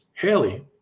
Haley